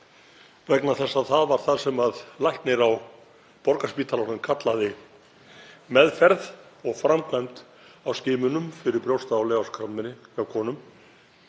vegna þess að það var það sem læknir á Borgarspítalanum kallaði meðferð og framkvæmd á skimunum fyrir brjósta- og leghálskrabbameini hjá konum.